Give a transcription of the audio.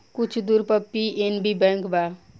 कुछ दूर पर पी.एन.बी बैंक बा